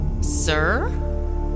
Sir